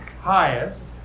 highest